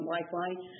Lifeline